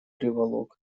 приволок